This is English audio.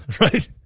right